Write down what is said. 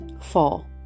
Four